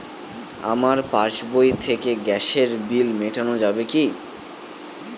আমার পাসবই থেকে গ্যাসের বিল মেটানো যাবে কি?